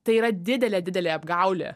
tai yra didelė didelė apgaulė